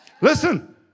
Listen